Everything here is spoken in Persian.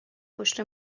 پشت